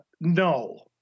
no